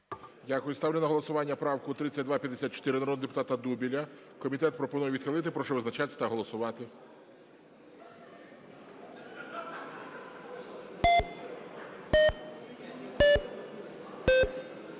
Дякую. Ставлю на голосування правку 3254 народного депутата Дубеля. Комітет пропонує відхилити. Прошу визначатися та голосувати.